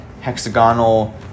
hexagonal